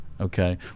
Okay